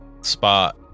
spot